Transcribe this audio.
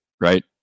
right